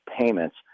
payments